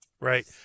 Right